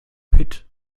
pit